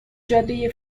جاده